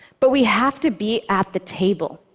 but we have to be at the table.